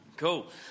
Cool